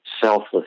selfless